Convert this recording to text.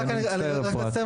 אי-אפשר ככה.